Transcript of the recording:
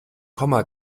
komma